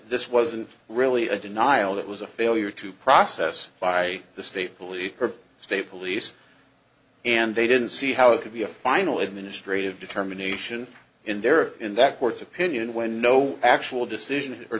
this wasn't really a denial that was a failure to process by the state police or state police and they didn't see how it could be a final administrative determination in their in that court's opinion when no actual decision